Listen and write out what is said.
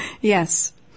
Yes